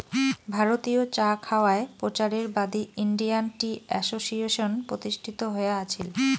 ভারতীয় চা খাওয়ায় প্রচারের বাদী ইন্ডিয়ান টি অ্যাসোসিয়েশন প্রতিষ্ঠিত হয়া আছিল